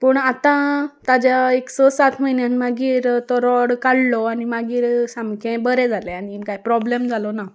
पूण आतां ताज्या एक स सात म्हयन्यान मागीर तो रॉड काडलो आनी मागीर सामकें बरें जालें आनी कांय प्रोब्लेम जालो ना